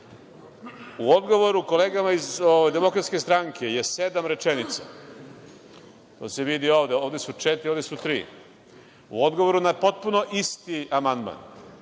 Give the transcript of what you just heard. odgovoru kolegama iz DS je sedam rečenica, to se vidi ovde, ovde su četiri, ovde su tri. U odgovoru na potpuno isti amandman